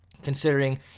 Considering